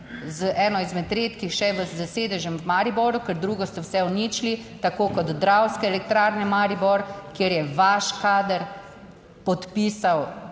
z eno izmed redkih še s sedežem v Mariboru, ker drugo ste vse uničili, tako kot Dravske elektrarne Maribor, kjer je vaš kader podpisal